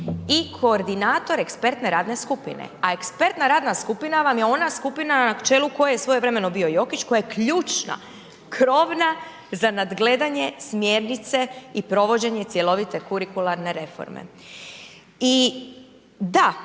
i koordinator ekspertne radne skupine, a ekspertna radna skupina vam je ona skupina na čelu koje je svojevremeno bio Jokić koja je ključna, krovna za nadgledanje smjernice i provođenje cjelovite Kurikularne reforme. I da,